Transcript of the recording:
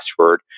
password